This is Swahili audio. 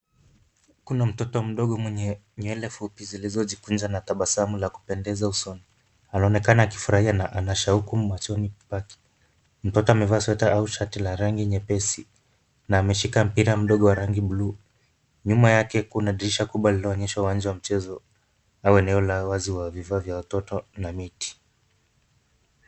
Kuna mtoto mdogo mwenye nywele fupi zilizojikunja na tabasamu la kupendeza usoni. Anaonekana kufurahia na ana shauku machoni pake. Mtoto amevaa sweta au shati la rangi nyepesi na ameshika mpira mdogo wa rangi ya bluu. Nyuma yake kuna dirisha kubwa lililoonyeshwa uwanja wa mchezo au eneo la wazi wa vifaa vya watoto na miti.